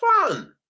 fun